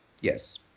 yes